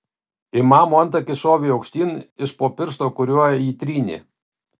imamo antakis šovė aukštyn iš po piršto kuriuo jį trynė